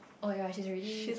oh yea she is really